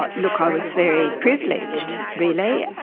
but look, i was very privileged really,